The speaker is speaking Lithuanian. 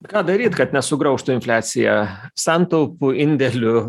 ką daryt kad nesugraužtų infliacija santaupų indėlių